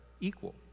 equal